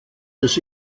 des